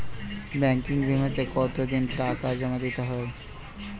Banking বিমাতে কত দিন টাকা জমা দিতে হয়?